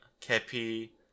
Kepi